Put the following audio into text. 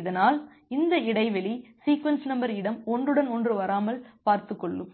இதனால் இந்த இடைவெளி சீக்வென்ஸ் நம்பர் இடம் ஒன்றுடன் ஒன்று வராமல் பார்த்துக் கொள்ளும்